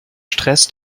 stress